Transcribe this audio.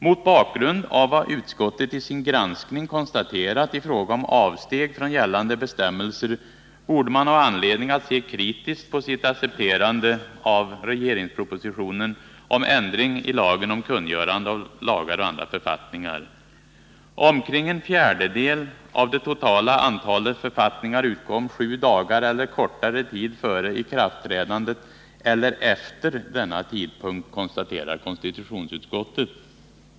Mot bakgrund av vad utskottet vid sin granskning konstaterat i fråga om avsteg från gällande bestämmelser borde utskottet ha anledning att se kritiskt på sitt accepterande av regeringspropositionen om ändring i lagen om kungörande av lagar och andra författningar. Omkring en fjärdedel av det totala antalet författningar utkom sju dagar eller kortare tid före ikraftträdandet eller efter denna tidpunkt, konstaterar konstitutionsutskottet.